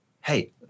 hey